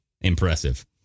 Impressive